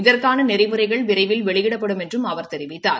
இதற்கான நெறிமுறைகள் விரைவில் வெளியிடப்படும் என்றும் அவர் தெரிவித்தார்